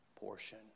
portion